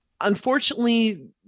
Unfortunately